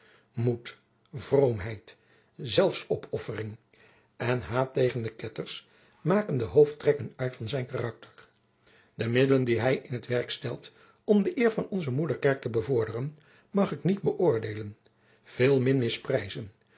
moed vroomheid zelfsopoffering en haat tegen de ketters maken de hoofdtrekken uit van zijn karakter de middelen die hij in t werk stelt om de eer van onze moederkerk te bevorderen mag ik niet bëoordeelen veel min misprijzen